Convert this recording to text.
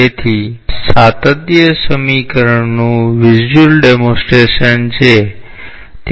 તેથી આ સાતત્ય સમીકરણનું દ્રશ્ય પ્રદર્શન છે